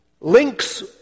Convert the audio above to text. links